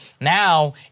Now